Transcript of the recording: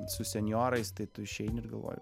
su senjorais tai tu išeini ir galvoju